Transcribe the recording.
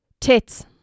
Tits